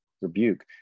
rebuke